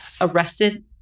arrested